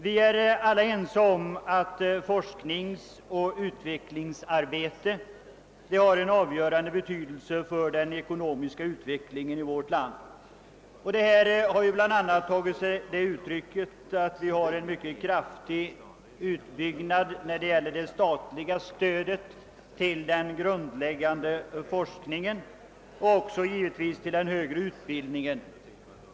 Vi är alla ense om att forskningsoch utvecklingsarbete har en avgörande betydelse för den ekonomiska utvecklingen i vårt land. Det har bl.a. tagit sig det uttrycket att vi genomför en mycket kraftig utbyggnad av det statliga stödet till den grundläggande forskningen och givetvis också till den högre utbildningen.